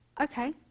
okay